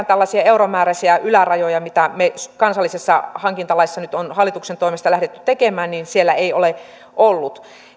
tällaisia euromääräisiä ylärajoja mitä me kansallisessa hankintalaissa nyt olemme hallituksen toimesta lähteneet tekemään siellä ei ole ollut